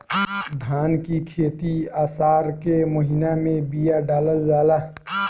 धान की खेती आसार के महीना में बिया डालल जाला?